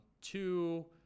two